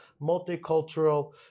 multicultural